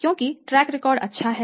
क्योंकि track record अच्छा है